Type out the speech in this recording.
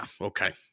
Okay